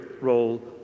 role